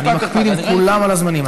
אני מקפיד עם כולם על הזמנים.